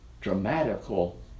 dramatical